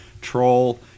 Troll